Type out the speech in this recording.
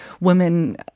women